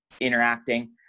interacting